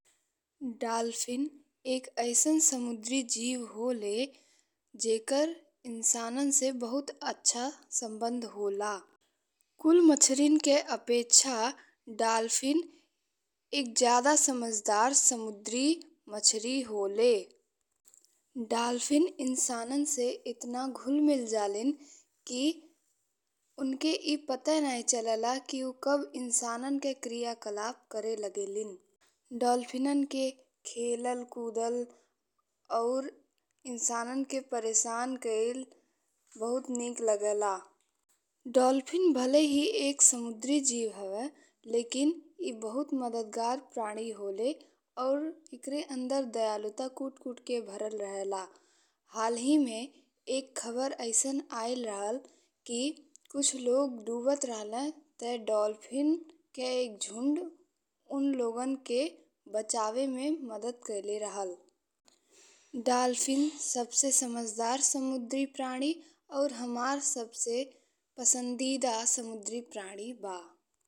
Dolphin एक अइसन समुद्री जीव होले जेकरे इंसानन से बहुत अच्छा संबंध होला। कुल मच्छरीयन के अपेक्षा डॉल्फिन एक जादा समझदार समुद्री मच्छरी होले। डॉल्फिन इंसानन से एतना घुल मिल जालिन कि ओनके ए पता नाहीं चलेला कि कब उ इंसानन के क्रियाकलाप करे लागेलिन। डॉल्फिन के खेलल कूदल और इंसानन के परेशान कईल बहुत नीक लागेला। डॉल्फिन भले ही एक समुद्री जीव हवे लेकिन ए बहुत मददगार प्राणी होले और एकरे अंदर दयालुता कूट कूट के भरल रहेला। हाल ही में एक खबर अइसन आइल रहल कि कुछ लोग डूबत रहले, ते डॉल्फिन के एक झुंड उन लोगन के बचावे में मदद कईले रहल। डॉल्फिन सबसे समझदार समुद्री प्राणी और हमार सबसे पसंदीदा समुद्री प्राणी बा।